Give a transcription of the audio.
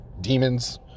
demons